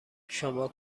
شما